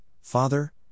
Father